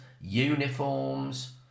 uniforms